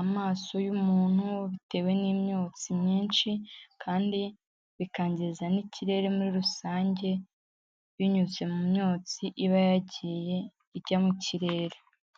amaso y'umuntu bitewe n'imyotsi myinshi kandi bikangiza n'ikirere muri rusange binyuze mu myotsi iba yagiye ijya mu kirere.